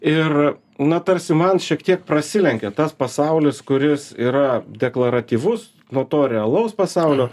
ir na tarsi man šiek tiek prasilenkia tas pasaulis kuris yra deklaratyvus nuo to realaus pasaulio